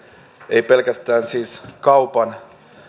ei pelkästään siis kaupan